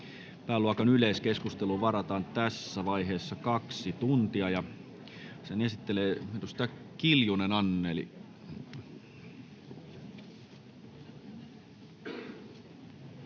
Pääluokan yleiskeskusteluun varataan tässä vaiheessa kaksi tuntia. — Pääluokan esittelee edustaja Kiljunen, Anneli.